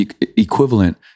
equivalent